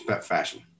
fashion